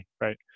right